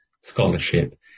scholarship